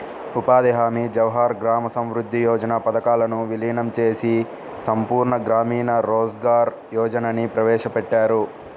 ఉపాధి హామీ, జవహర్ గ్రామ సమృద్ధి యోజన పథకాలను వీలీనం చేసి సంపూర్ణ గ్రామీణ రోజ్గార్ యోజనని ప్రవేశపెట్టారు